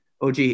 og